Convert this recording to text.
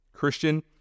Christian